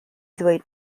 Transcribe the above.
ddweud